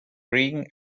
ring